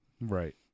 Right